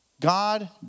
God